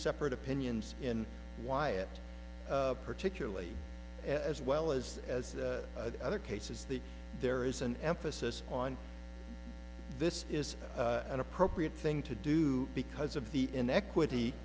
separate opinions in why it particularly as well as as other cases that there is an emphasis on this is an appropriate thing to do because of the inequity